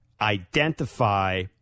identify